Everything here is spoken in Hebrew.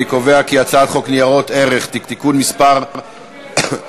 אני קובע כי הצעת חוק ניירות ערך (תיקון מס' 59)